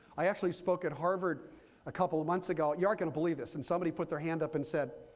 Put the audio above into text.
i actually spoke at harvard a couple of months ago. you aren't going to believe this. and somebody put their hand up and said,